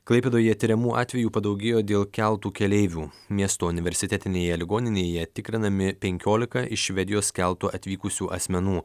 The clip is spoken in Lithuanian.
klaipėdoje tiriamų atvejų padaugėjo dėl keltų keleivių miesto universitetinėje ligoninėje tikrinami penkiolika iš švedijos keltu atvykusių asmenų